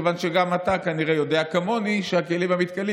מכיוון שגם אתה כנראה יודע כמוני שהכלים המתכלים